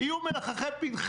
אפשר היה לפתור את הבעיה של פניציה